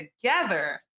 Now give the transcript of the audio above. together